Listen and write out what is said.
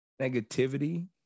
negativity